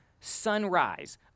sunrise